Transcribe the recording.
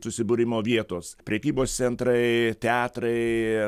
susibūrimo vietos prekybos centrai teatrai